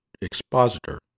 Expositor